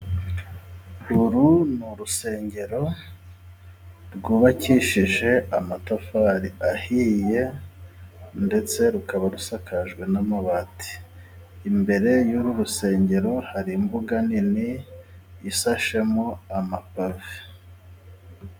Uru ni urusengero rwubakishije amatafari ahiye, ndetse rukaba rusakajwe n'amabati. Imbere y'uru rusengero hari imbuga nini ishashemo amapave.